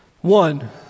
One